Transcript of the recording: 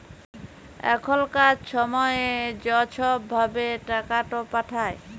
এখলকার ছময়ে য ছব ভাবে টাকাট পাঠায়